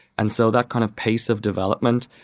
and so that kind of pace of development,